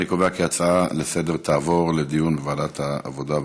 אני קובע כי ההצעה לסדר-היום תעבור לדיון בוועדת העבודה,